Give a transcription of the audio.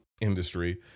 Industry